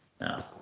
No